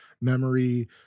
memory